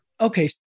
Okay